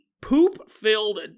poop-filled